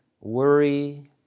worry